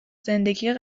زندگی